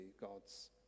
God's